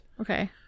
Okay